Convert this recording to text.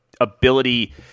ability